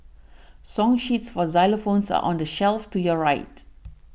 song sheets for xylophones are on the shelf to your right